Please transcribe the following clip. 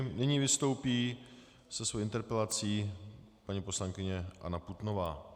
Nyní vystoupí se svou interpelací paní poslankyně Anna Putnová.